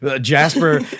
Jasper